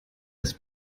ist